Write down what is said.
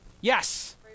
yes